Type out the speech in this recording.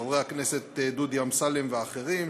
חבר הכנסת דודי אמסלם ואחרים,